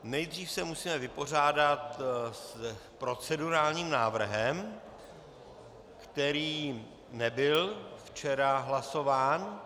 Nejdříve se musíme vypořádat s procedurálním návrhem, který nebyl včera hlasován.